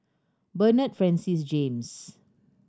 Bernard Francis James